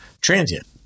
transient